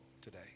today